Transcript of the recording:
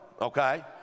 Okay